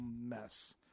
mess